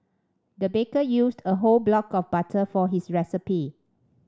the baker used a whole block of butter for his recipe